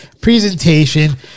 Presentation